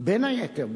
בין היתר,